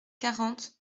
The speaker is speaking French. quarante